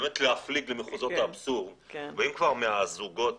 באמת להפליג למחוזות האבסורד ואם כבר מהזוגות